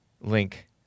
link